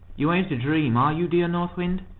you ain't a dream, are you, dear north wind?